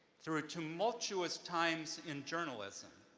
through tumultuous times in journalism,